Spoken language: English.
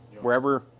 wherever